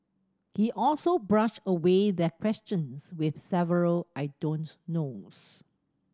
he also brushed away their questions with several I don't knows